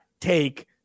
take